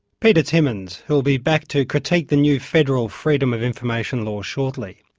peter timmins, who will be back to critique the new federal freedom of information law shortly.